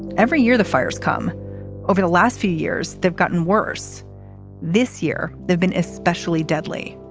every year the fires come over the last few years. they've gotten worse this year. they've been especially deadly.